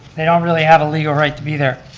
they don't really have a legal right to be there.